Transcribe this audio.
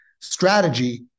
strategy